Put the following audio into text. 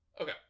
Okay